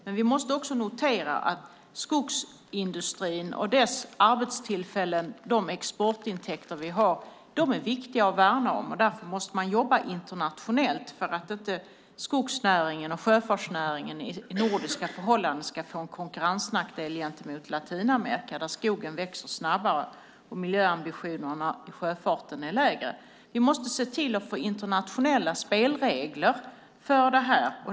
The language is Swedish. Men vi måste också notera att skogsindustrin och dess arbetstillfällen och de exportintäkter som vi har är viktiga att värna om. Därför måste man jobba internationellt för att skogsnäringen och sjöfartsnäringen i nordiska förhållanden inte ska få en konkurrensnackdel gentemot Latinamerika där skogen växer snabbare och miljöambitionerna i sjöfarten är lägre. Vi måste se till att få internationella spelregler för detta.